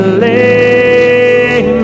lay